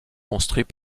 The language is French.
construits